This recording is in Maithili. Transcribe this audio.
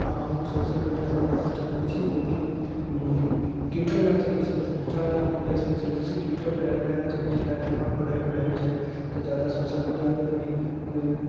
हँ हम सोशल मीडिया प्लेटफोर्म चलबै छी जेकि ट्यूटर नहि चलबै छी बस इंस्टाग्राम आओर फेसबुक चलबै छी ट्यूटर एहि ले नहि चलबै छी ताकि हमरा पढ़य के रहै छै तऽ जादा सोशल मीडियामे पे भी